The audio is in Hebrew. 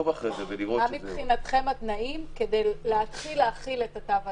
מה התנאים כדי להתחיל להחיל את התו הירוק?